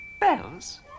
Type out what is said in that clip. Bells